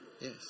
Yes